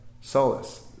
solace